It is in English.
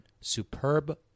Superb